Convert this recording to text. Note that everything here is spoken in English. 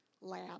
lab